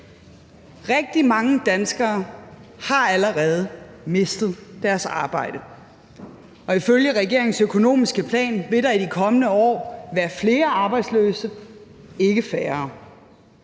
Rigtig mange danskere har allerede mistet deres arbejde, og ifølge regeringens økonomiske plan vil der i de kommende år være flere arbejdsløse, ikke færre.